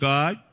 God